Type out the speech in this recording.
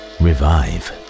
revive